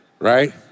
right